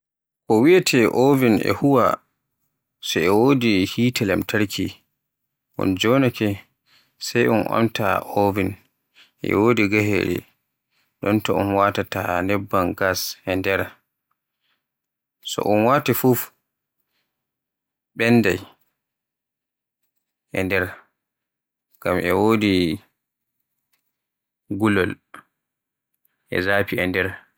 Ko wiyeete oven e huwa so e wodi hite lamtarki. Un joonaake sai un omti oven, e wodi gahere ɗon to un watata nebban gas e nder. So un wati fuf benday e nder. Ngam e wodi gulol e zafi e nder.